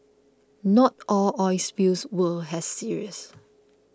not all oil spills were as serious